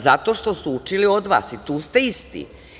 Zato što su učili od vas i tu ste isti.